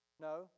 No